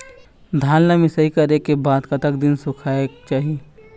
धान ला मिसाई करे के बाद कतक दिन सुखायेक चाही?